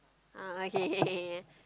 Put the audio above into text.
ah okay okay okay okay yeah